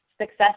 success